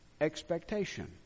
expectation